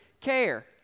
care